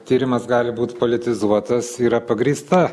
tyrimas gali būt politizuotas yra pagrįsta